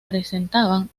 presentaban